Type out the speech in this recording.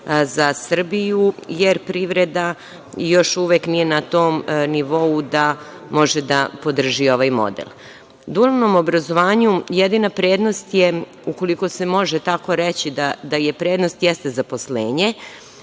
za Srbiju, jer privreda još uvek nije na tom nivou da može da podrži ovaj model. Dualnom obrazovanju jedina prednost je, ukoliko se može tako reći da je prednost, jeste zaposlenje.